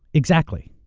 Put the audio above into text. exactly.